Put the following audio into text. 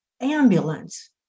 ambulance